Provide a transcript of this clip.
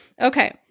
Okay